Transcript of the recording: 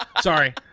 Sorry